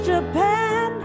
Japan